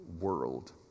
world